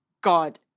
God